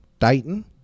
Dayton